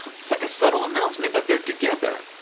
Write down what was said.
it's like a subtle announcement that they're together.